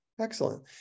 Excellent